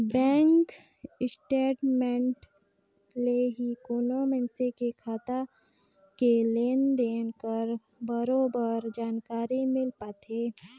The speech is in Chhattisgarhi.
बेंक स्टेट मेंट ले ही कोनो मइनसे के खाता के लेन देन कर बरोबर जानकारी मिल पाथे